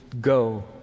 go